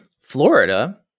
Florida